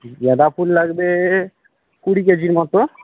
গাঁদা ফুল লাগবে কুড়ি কেজির মতো